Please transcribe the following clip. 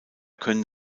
können